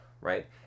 right